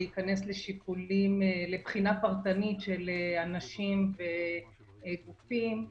להיכנס לבחינה פרטנית של אנשים ושל גופים,